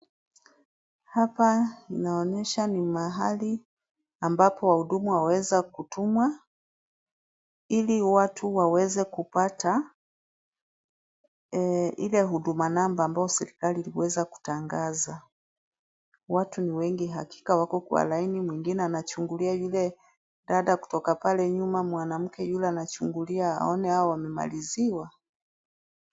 Hapa inaonyesha ni mahali ambapo wahudumu waweza kutumwa ili watu waweze kupata ile Huduma Namba ambayo serikali iliweza kutangaza. Watu ni wengi hakika wako kwa laini mwingine anachungulia yule dada kutoka pale nyuma. Mwanamke yule anachungulia aone hawa wamemaliziwa?